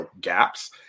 gaps